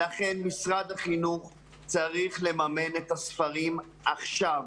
לכן משרד החינוך צריך לממן את הספרים עכשיו.